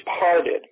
parted